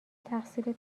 تقصیر